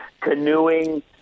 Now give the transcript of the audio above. canoeing